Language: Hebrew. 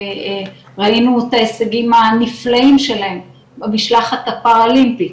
ראינו את ההישגים הנפלאים שלהם במשלחת הפר-אולימפית,